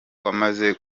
wamaze